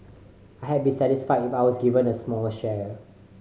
I'd be satisfied if I was given a small share